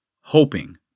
hoping